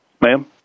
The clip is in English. ma'am